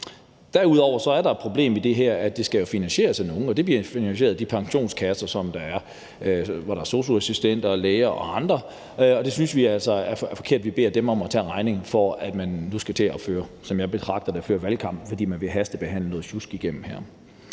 Derudover er der et problem i det her, nemlig at det jo skal finansieres af nogen, og det bliver finansieret af de pensionskasser, hvor der er sosu-assistenter og lærere og andre. Vi synes altså, det er forkert, at vi beder dem om at tage regningen for, at man nu skal til at føre – som jeg betragter det – valgkamp, fordi man vil hastebehandle noget sjusk igennem her.